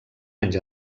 anys